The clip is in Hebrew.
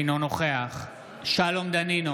אינו נוכח שלום דנינו,